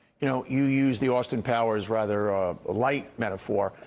you know you used the austin powers rather light metaphor.